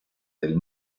del